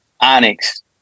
Onyx